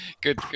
good